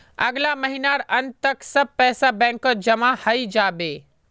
अगला महीनार अंत तक सब पैसा बैंकत जमा हइ जा बे